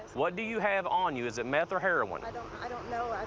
what do you have on you? is it meth or heroin? i don't, i don't know. i